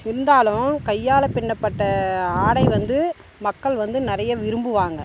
இருந்தாலும் கையால் பிண்ணப்பட்ட ஆடை வந்து மக்கள் வந்து நிறைய விரும்புவாங்க